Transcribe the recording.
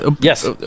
Yes